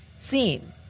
seen